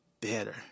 better